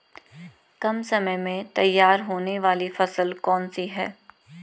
कम समय में तैयार होने वाली फसल कौन सी है?